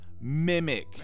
mimic